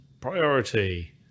priority